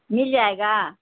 مل جائے گا